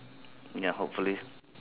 ya hopefully